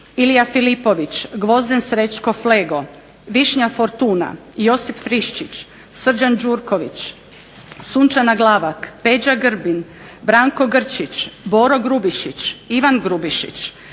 Ilija Filipović, Gvozden Srećko Flego, Višnja Fortuna, Josip Friščić, Srđan Đurković, Sunčana Glavak, Peđa Grbin, Branko Grčić, Boro Grubišić, Ivan Grubišić,